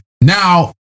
now